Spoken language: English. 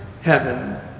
heaven